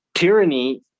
Tyranny